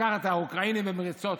לקחת את האוקראינים במריצות,